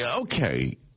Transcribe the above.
okay